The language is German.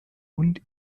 und